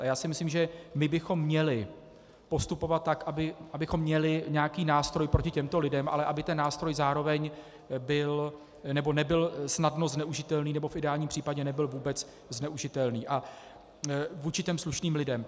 A já si myslím, že bychom měli postupovat tak, abychom měli nějaký nástroj proti těmto lidem, ale aby ten nástroj zároveň nebyl snadno zneužitelný nebo v ideálním případě nebyl vůbec zneužitelný vůči slušným lidem.